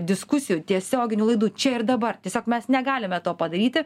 diskusijų tiesioginių laidų čia ir dabar tiesiog mes negalime to padaryti